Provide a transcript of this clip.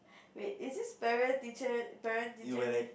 wait is this parent teacher parent teacher meet